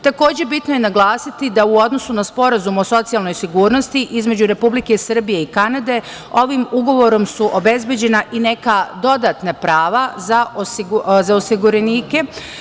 Takođe, bitno je naglasiti da u odnosu na Sporazum o socijalnoj sigurnosti između Republike Srbije i Kanade ovim ugovorom su obezbeđena neka dodatna prava za osiguranike.